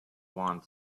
want